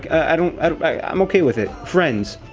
and i'm okay with it. friends.